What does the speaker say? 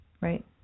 Right